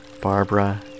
Barbara